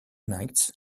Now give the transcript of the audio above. nights